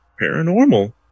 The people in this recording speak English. paranormal